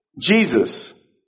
Jesus